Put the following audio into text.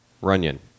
Runyon